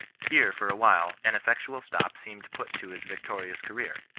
here, for a while, an effectual stop seemed put to his victorious career,